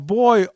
boy